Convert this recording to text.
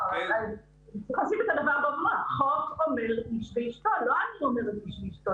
החוק אומר "איש ואשתו", לא אני אומרת "איש ואשתו".